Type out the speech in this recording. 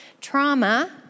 Trauma